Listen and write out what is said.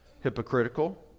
hypocritical